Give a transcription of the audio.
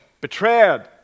betrayed